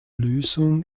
lösung